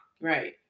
right